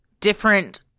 different